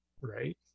Right